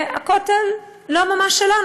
והכותל לא ממש שלנו.